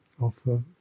offer